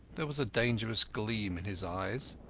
there was a dangerous gleam in his eyes.